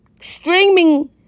streaming